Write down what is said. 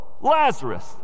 Lazarus